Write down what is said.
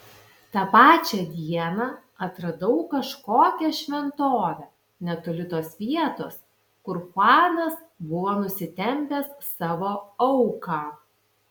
tą pačią dieną atradau kažkokią šventovę netoli tos vietos kur chuanas buvo nusitempęs savo auką